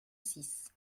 six